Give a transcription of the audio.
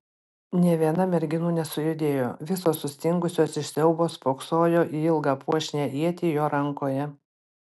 nė viena merginų nesujudėjo visos sustingusios iš siaubo spoksojo į ilgą puošnią ietį jo rankoje